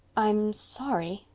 i'm sorry,